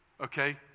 Okay